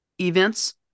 events